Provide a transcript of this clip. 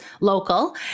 local